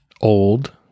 old